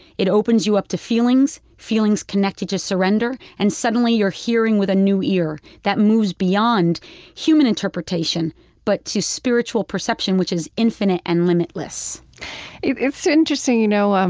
it opens you up to feelings, feelings connect you to surrender, and suddenly you're hearing with a new ear that moves beyond human interpretation but to spiritual perception, which is infinite and limitless it's interesting. you know, um